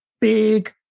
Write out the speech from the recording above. big